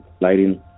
lighting